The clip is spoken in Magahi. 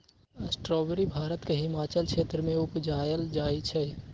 स्ट्रावेरी भारत के हिमालय क्षेत्र में उपजायल जाइ छइ